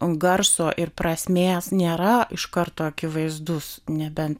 garso ir prasmės nėra iš karto akivaizdus nebent